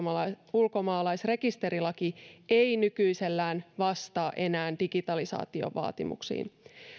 ulkomaalaisrekisterilaki ei nykyisellään vastaa enää digitalisaation vaatimuksiin